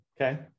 Okay